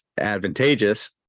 advantageous